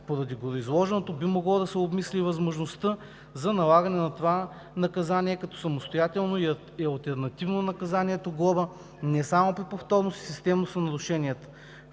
Поради гореизложеното би могло да се обмисли и възможността за налагане на това наказание като самостоятелно и алтернативно на наказанието „глоба“ не само при повторност и системност на нарушенията.